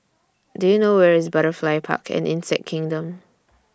Do YOU know Where IS Butterfly Park and Insect Kingdom